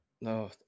no